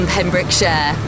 Pembrokeshire